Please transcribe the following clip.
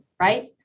right